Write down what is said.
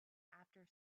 after